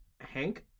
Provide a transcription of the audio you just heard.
Hank